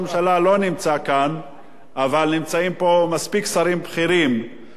אבל נמצאים פה מספיק שרים בכירים שיסתכלו על עצמם